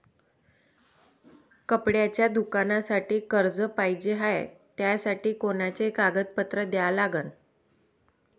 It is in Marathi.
कपड्याच्या दुकानासाठी कर्ज पाहिजे हाय, त्यासाठी कोनचे कागदपत्र द्या लागन?